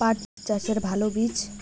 পাঠ চাষের ভালো বীজ?